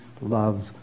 loves